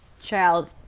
child